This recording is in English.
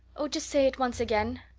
oh, just say it once again.